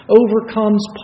overcomes